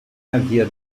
havia